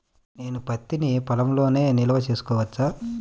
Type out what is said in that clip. నేను పత్తి నీ పొలంలోనే నిల్వ చేసుకోవచ్చా?